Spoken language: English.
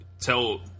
tell